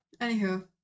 Anywho